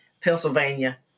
Pennsylvania